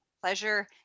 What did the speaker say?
pleasure